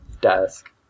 desk